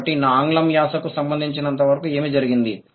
కాబట్టి నా ఆంగ్ల యాసకు సంబంధించినంతవరకు ఏమి జరిగింది